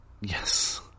Yes